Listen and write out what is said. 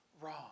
wrong